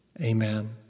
Amen